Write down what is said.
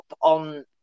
on